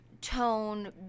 tone